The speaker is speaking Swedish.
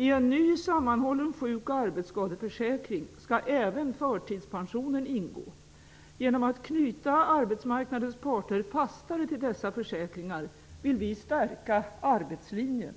I en ny sammanhållen sjuk och arbetsskadeförsäkring skall även förtidspensionen ingå. Genom att knyta arbetsmarknadens parter fastare till dessa försäkringar vill vi stärka arbetslinjen.